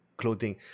clothing